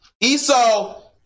Esau